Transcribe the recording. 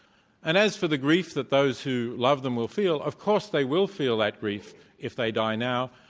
and as for the grief that those who love them will feel, of course they will feel that grief if they die now.